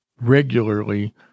regularly